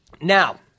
now